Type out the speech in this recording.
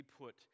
put